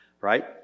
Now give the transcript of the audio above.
right